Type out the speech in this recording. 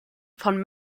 von